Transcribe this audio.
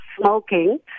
smoking